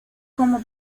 como